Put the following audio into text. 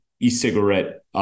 e-cigarette